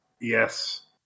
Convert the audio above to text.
Yes